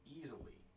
easily